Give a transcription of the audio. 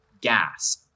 Gas